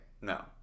No